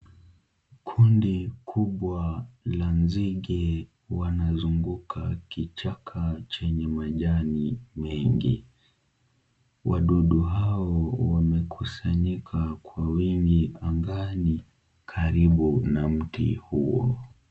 Kundi kubwa la nzige wanazunguka kichaka chenye majani mengi. Wadudu hao wamekusanyika kwa wingi angani karibu na mti huo.